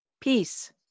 Peace